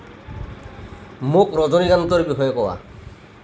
মোক ৰজনীকান্তৰ বিষয়ে কোৱা